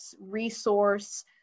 resource